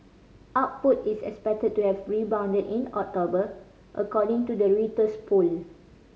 output is expected to have rebounded in October according to the Reuters poll